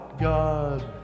God